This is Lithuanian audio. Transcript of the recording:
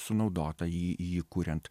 sunaudota jį jį kuriant